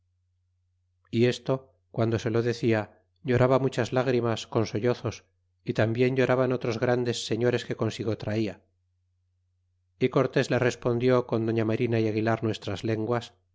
y esto guando se lo decía lloraba muchas lgrimas con sollozos y tambien lloraban otros grandes señores que consigo traia y cortés le respondió con doña marina y aguilar nuestras lenguas